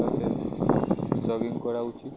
তাদের জগিং করা উচিত